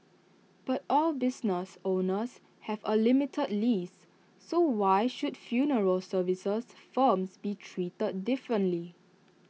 but all business owners have A limited lease so why should funeral services firms be treated differently